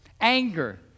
Anger